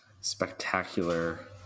spectacular